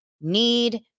need